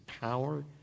power